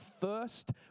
first